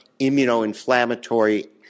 immunoinflammatory